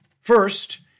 First